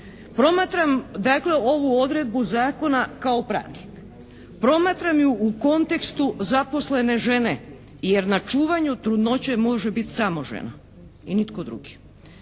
Promatram dakle ovu odredbu zakona kao pravnik. Promatram ju u kontekstu zaposlene žene, jer na čuvanju trudnoće može biti samo žena. I nitko drugi.